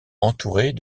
entourée